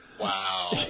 Wow